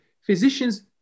physicians